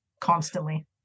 constantly